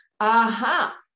Aha